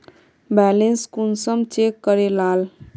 Balance कुंसम check करे लाल?